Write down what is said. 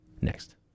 next